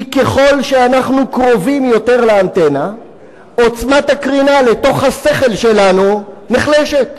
כי ככל שאנחנו קרובים יותר לאנטנה עוצמת הקרינה לתוך השכל שלנו נחלשת.